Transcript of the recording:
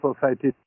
society